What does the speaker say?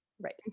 right